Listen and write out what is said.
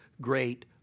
great